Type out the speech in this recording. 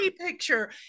picture